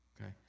Okay